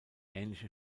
ähnliche